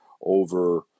over